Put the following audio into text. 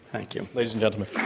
thank you. ladies and gentlemen.